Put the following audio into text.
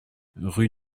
rue